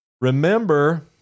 remember